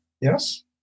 Yes